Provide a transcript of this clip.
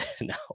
no